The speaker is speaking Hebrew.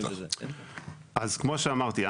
כמו שאמרתי,